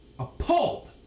Appalled